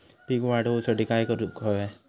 पीक वाढ होऊसाठी काय करूक हव्या?